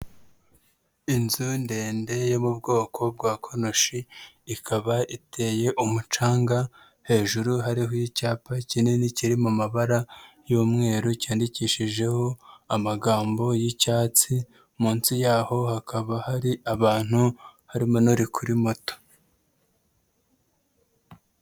Inzu ndende yo mu bwoko bwa konoshi, ikaba iteye umucanga, hejuru hariho icyapa kinini kiri mu mabara y'umweru cyandikishijeho amagambo y'icyatsi, munsi yaho hakaba hari abantu, harimo n'uri kuri moto.